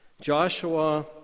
Joshua